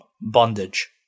bondage